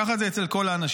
ככה זה אצל כל האנשים.